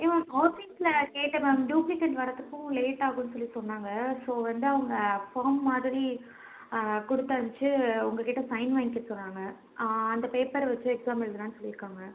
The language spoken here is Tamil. இல்லை மேம் ஆஃபிஸில் கேட்டேன் மேம் டூப்ளிகேட் வரத்துக்கும் லேட்டாகுமென்னு சொல்லி சொன்னாங்க ஸோ வந்து அவங்க ஃபார்ம் மாதிரி கொடுத்து அமும்ச்சு உங்கள் கிட்டே சைன் வாங்கிக்க சொன்னாங்க அந்த பேப்பர் வச்சு எக்ஸாம் எழுதலாமென்னு சொல்லியிருக்காங்க